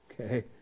okay